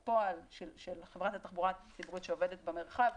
בפועל, של חברת התחבורה הציבורית שעובדת במרחב.